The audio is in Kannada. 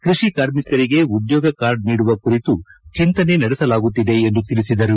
ಕೃಷಿ ಕಾರ್ಮಿಕರಿಗೆ ಉದ್ಯೋಗ ಕಾರ್ಡ್ ನೀಡುವ ಕುರಿತು ಚಿಂತನೆ ನಡೆಸಲಾಗುತ್ತಿದೆ ಎಂದು ಅವರು ತಿಳಿಸಿದರು